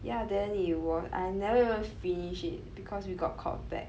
ya then it was I never even finish it because we got called back